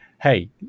hey